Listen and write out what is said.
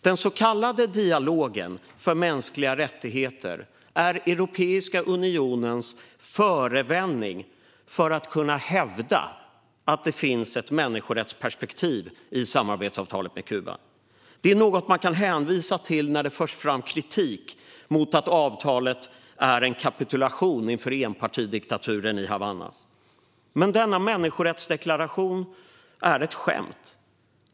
Den så kallade dialogen för mänskliga rättigheter är Europeiska unionens förevändning för att kunna hävda att det finns ett människorättsperspektiv i samarbetsavtalet med Kuba. Det är något som man kan hänvisa till när det förs fram kritik mot att avtalet är en kapitulation inför enpartidiktaturen i Havanna. Men denna människorättsdeklaration är ett skämt.